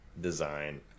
design